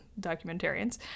documentarians